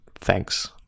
Thanks